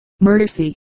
Mercy